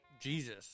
Jesus